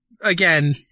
Again